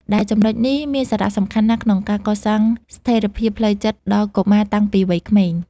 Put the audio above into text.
ដែលចំណុចនេះមានសារៈសំខាន់ណាស់ក្នុងការកសាងស្ថិរភាពផ្លូវចិត្តដល់កុមារតាំងពីវ័យក្មេង។